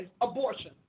abortion